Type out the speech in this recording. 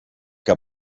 que